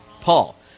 Paul